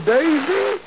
Daisy